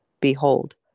behold